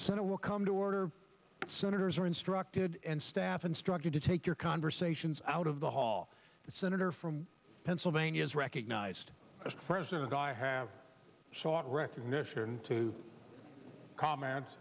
senate will come to order senators are instructed and staff instructed to take your conversations out of the hall that senator from pennsylvania is recognized as president and i have sought recognition to comment